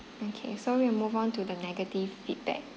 okay so we move on to the negative feedback